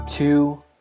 Two